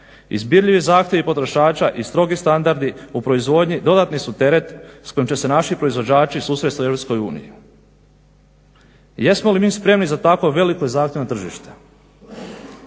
Izbirljivi zahtjevi potrošača i strogi standardi u proizvodnji dodatni su teret s kojim će se naši proizvođači susresti u EU. Jesmo li mi spremni za tako veliko i zahtjevno tržište?